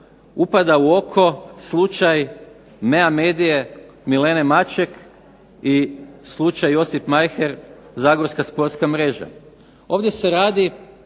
upada u oko slučaj MEA Medije Milene Maček i slučaj Josip Majher Zagorska sportska mreža. Ovdje se radi